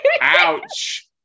Ouch